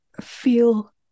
feel